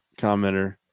commenter